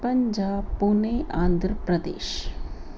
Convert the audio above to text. पंजाह पूने आन्ध्रप्रदेश